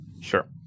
Sure